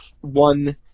one